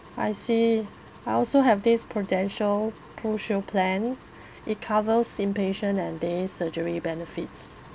I see I also have this prudential prushield plan it covers inpatient and day surgery benefits